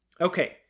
Okay